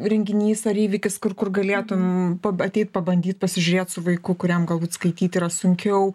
renginys ar įvykis kur kur galėtum pab ateit pabandyt pasižiūrėt su vaiku kuriam galbūt skaityt yra sunkiau